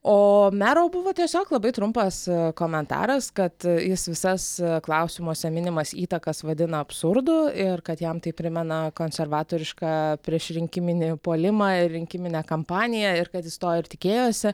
ooo mero buvo tiesiog labai trumpas komentaras kad jis visas klausimuose minimas įtakas vadina absurdu ir kad jam tai primena konservatorišką priešrinkiminį puolimą ir rinkiminę kampaniją ir kad jis to ir tikėjosi